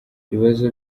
ibibazo